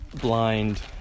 blind